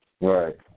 Right